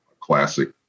classic